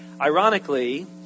Ironically